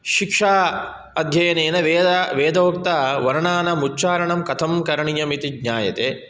शिक्षा अध्ययनेन वेदा वेदोक्तवर्णानमुच्चारणं कथं करणीयमिति ज्ञायते